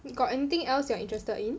you got anything else you are interested in